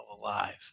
alive